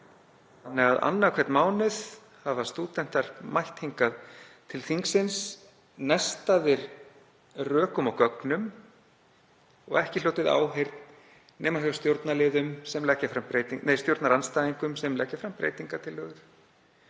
Annan hvern mánuð hafa stúdentar mætt hingað til þingsins nestaðir rökum og gögnum og ekki hlotið áheyrn nema hjá stjórnarandstæðingum sem leggja fram breytingartillögur